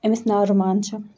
أمِس ناو رُمان چھِ